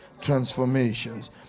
Transformations